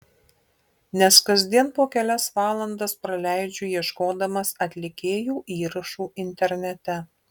nes kasdien po kelias valandas praleidžiu ieškodamas atlikėjų įrašų internete